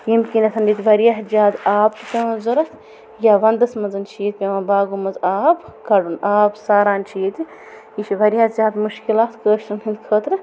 ییٚمہِ کِنتھن ییٚتہِ واریاہ زیادٕ آب چھُ پٮ۪وان ضوٚرَتھ یا وَندَس منٛز چھ ییٚتہِ پٮ۪وان باغو منٛز آب کَڑُن آب چھِ ساران چھِ ییٚتہِ یہِ چھِ واریاہ زیادٕ مُشکِلات کٲشِرٮ۪ن ہنٛدِ خٲطرٕ